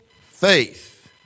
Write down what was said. faith